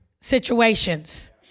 situations